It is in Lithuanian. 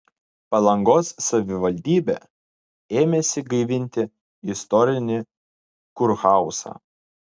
palangos savivaldybė ėmėsi gaivinti istorinį kurhauzą